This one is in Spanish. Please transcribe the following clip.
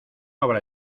habla